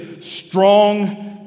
strong